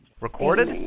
Recorded